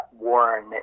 Warren